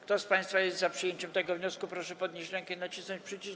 Kto z państwa jest za przyjęciem tego wniosku, proszę podnieść rękę i nacisnąć przycisk.